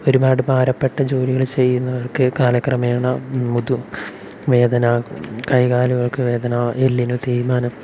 ഒരുപാട് ഭാരപ്പെട്ട ജോലികൾ ചെയ്യുന്നവർക്ക് കാലക്രമേണ മുതു വേദന കൈകാലുകൾക്ക് വേദന എല്ലിനു തേയ്മാനം